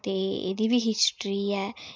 ते एह्दी बी हिस्टरी ऐ